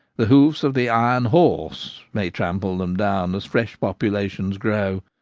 the hoofs of the iron horse may trample them down as fresh populations grow.